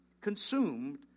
consumed